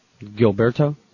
Gilberto